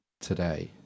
today